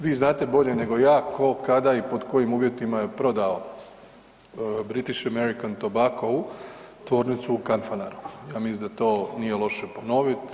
Vi znate bolje nego ja ko, kada i pod kojim uvjetima je prodao British American Tobacco-u Tvornicu u Kanfanaru, ja mislim da to nije loše ponovit.